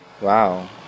Wow